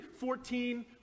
14